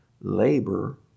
Labor